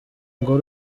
ngo